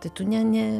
tai tu ne ne